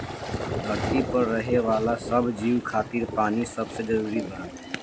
धरती पर रहे वाला सब जीव खातिर पानी सबसे जरूरी बा